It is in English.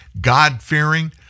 God-fearing